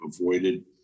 avoided